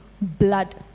blood